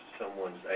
someone's